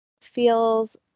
feels